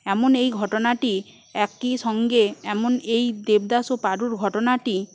এমন এই ঘটনাটি একই সঙ্গে এমন এই দেবদাস ও পারুর ঘটনাটি